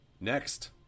Next